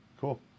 Cool